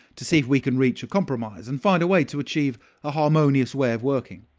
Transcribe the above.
to see if we can reach a compromise and find a way to achieve a harmonious way of working.